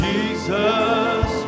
Jesus